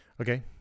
Okay